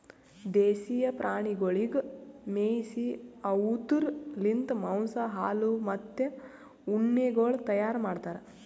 ದೇಶೀಯ ಪ್ರಾಣಿಗೊಳಿಗ್ ಮೇಯಿಸಿ ಅವ್ದುರ್ ಲಿಂತ್ ಮಾಂಸ, ಹಾಲು, ಮತ್ತ ಉಣ್ಣೆಗೊಳ್ ತೈಯಾರ್ ಮಾಡ್ತಾರ್